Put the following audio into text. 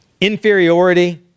inferiority